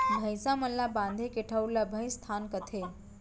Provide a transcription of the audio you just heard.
भईंसा मन ल बांधे के ठउर ल भइंसथान कथें